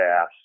ass